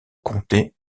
comté